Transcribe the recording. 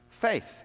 faith